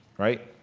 right?